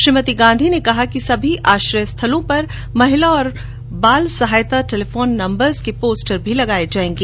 श्रीमती गांधी ने कहा कि सभी आश्रयस्थलों पर महिला और बाल सहायता टेलीफोन नम्बर के पोस्टर्स भी लगाए जाएंगे